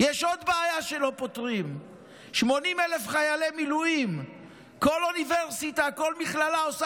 אתם לא יכולים למצוא 20 מיליון שקל עכשיו